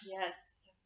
Yes